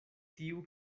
tiu